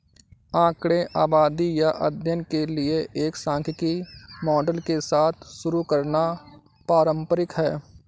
आंकड़े आबादी या अध्ययन के लिए एक सांख्यिकी मॉडल के साथ शुरू करना पारंपरिक है